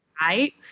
right